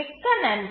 மிக்க நன்றி